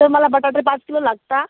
तर मला बटाटे पाच किलो लागतात